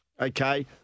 Okay